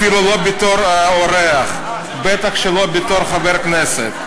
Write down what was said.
אפילו לא בתור אורח, בטח שלא בתור חבר הכנסת.